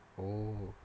oh